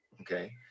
Okay